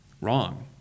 Wrong